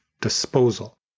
disposal